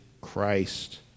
Christ